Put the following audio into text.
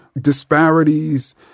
disparities